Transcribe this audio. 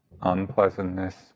unpleasantness